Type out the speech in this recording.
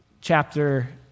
chapter